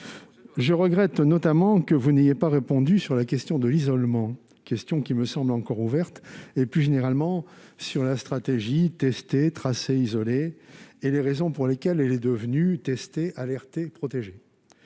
Je regrette notamment que vous n'ayez pas répondu sur la question de l'isolement, question qui me semble encore ouverte, et, plus généralement, sur la stratégie « tester, tracer, isoler » et les raisons pour lesquelles elle est devenue « tester, alerter, protéger